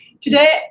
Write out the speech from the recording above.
Today